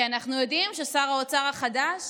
כי אנחנו יודעים ששר האוצר החדש